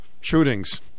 shootings